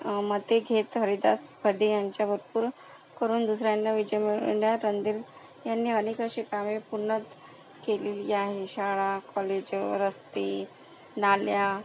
मते घेत हरिदास पदे यांच्या वरपूर करून दुसऱ्यांना विजयी मिळून रणधीर यांनी अनेक अशी कामे पूर्ण केलेली आहे शाळा कॉलेज रस्ते नाल्या